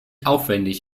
aufwendig